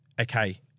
okay